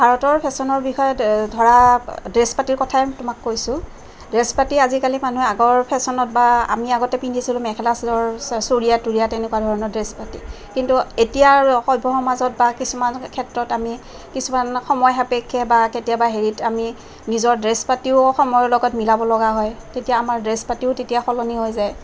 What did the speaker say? ভাৰতৰ ফেশ্বনৰ বিষয়ে ধৰা ড্ৰেছ পাতিৰ কথাই তোমাক কৈছোঁ ড্ৰেছ পাতি আজিকালি মানুহে আগৰ ফেশ্বনত বা আমি আগতে পিন্ধিছিলো মেখেলা চাদৰ চুৰিয়া তুৰিয়া তেনেকুৱা ধৰণৰ ড্ৰেছ পাতি কিন্তু এতিয়া আৰু সভ্য সমাজত বা কিছুমান ক্ষেত্ৰত আমি কিছুমান সময় সাপেক্ষে বা কেতিয়াবা হেৰিত আমি নিজৰ ড্ৰেছ পাতিও সময়ৰ লগত মিলাব লগা হয় তেতিয়া আমাৰ ড্ৰেছ পাতিও তেতিয়া সলনি হৈ যায়